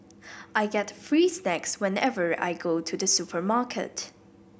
I get free snacks whenever I go to the supermarket